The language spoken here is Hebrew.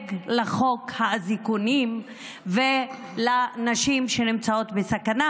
דואג לחוק האזיקונים ולנשים שנמצאות בסכנה,